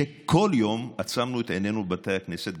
שכל יום עצמנו את עינינו בבתי הכנסת,